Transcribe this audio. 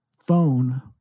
phone